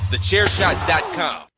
TheChairShot.com